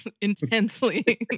intensely